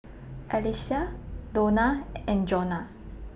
Alycia Dona and Jonah